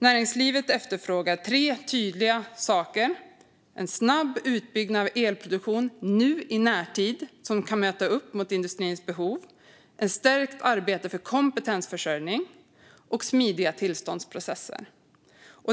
Näringslivet efterfrågar tre tydliga saker: en snabb utbyggnad av elproduktion nu i närtid som kan möta industrins behov, ett stärkt arbete för kompetensförsörjning och smidiga tillståndsprocesser.